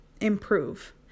improve